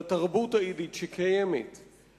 לתרבות היידית שקיימת,